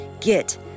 get